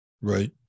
Right